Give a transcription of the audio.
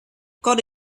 caught